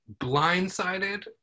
blindsided